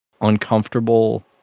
uncomfortable